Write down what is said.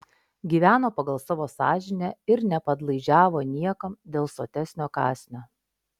gyveno pagal savo sąžinę ir nepadlaižiavo niekam dėl sotesnio kąsnio